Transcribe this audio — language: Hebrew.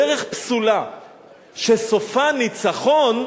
דרך פסולה שסופה ניצחון,